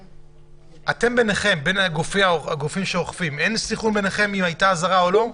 אין ביניכם סנכרון אם הייתה אזהרה או לא?